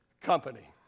company